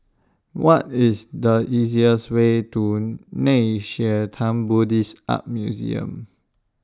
What IS The easiest Way to Nei Xue Tang Buddhist Art Museum